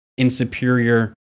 insuperior